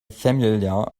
familiar